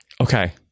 Okay